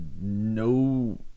no